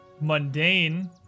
mundane